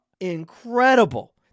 incredible